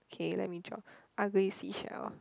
kay let me draw ugly seashell